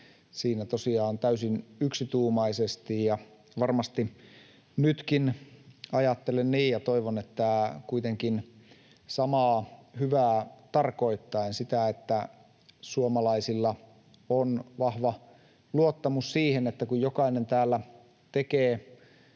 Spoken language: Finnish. Siinä oli tosiaan täysin yksituumaisesti ja varmasti nytkin ajattelen niin ja toivon kuitenkin samaa hyvää tarkoittaen sitä, että suomalaisilla on vahva luottamus siihen, että kun jokainen täällä tekee